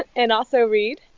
and also reed.